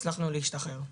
הצלחנו להשתחרר.